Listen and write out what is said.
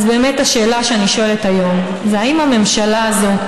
אז השאלה שאני שואלת היום זה האם הממשלה הזאת